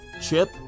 chip